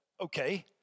okay